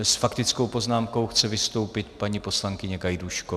S faktickou poznámkou chce vystoupit paní poslankyně Gajdůšková.